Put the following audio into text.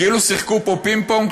כאילו שיחקו פה פינג-פונג,